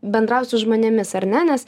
bendraut su žmonėmis ar ne nes